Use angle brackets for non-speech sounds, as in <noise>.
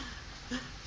<laughs>